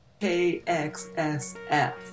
KXSF